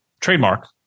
trademark